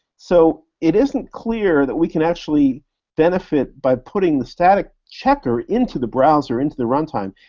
so it isn't clear that we can actually benefit by putting the static checker into the browser, into the runtime.